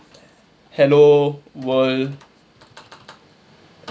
hello world